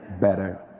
better